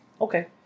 Okay